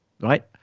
right